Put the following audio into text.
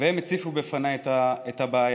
והם הציפו בפניי את הבעיה.